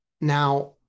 Now